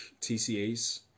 TCAs